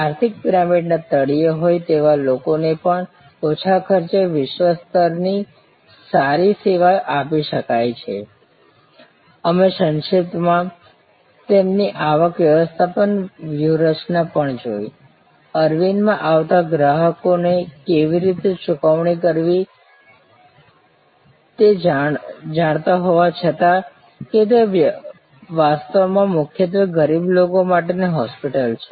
આર્થિક પિરામિડના તળિયે હોય તેવા લોકો ને પણ ઓછા ખર્ચે વિશ્વ સ્તર ની સારી સેવા આપી શકાય છે અમે સંક્ષિપ્તમાં તેમની આવક વ્યવસ્થાપન વ્યૂહરચના પણ જોઈ અરવિંદમાં આવતા ગ્રાહકોને કેવી રીતે ચૂકવણી કરવી તે જાણતા હોવા છતાં કે તે વાસ્તવમાં મુખ્યત્વે ગરીબ લોકો માટેની હોસ્પિટલ છે